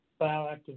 bioactive